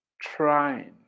trying